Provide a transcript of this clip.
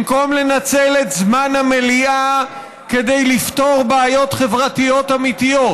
במקום לנצל את זמן המליאה כדי לפתור בעיות חברתיות אמיתיות,